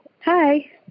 hi